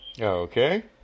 Okay